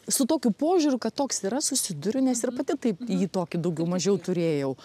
su tokiu požiūriu kad toks yra susiduriu nes ir pati taip jį tokį daugiau mažiau turėjau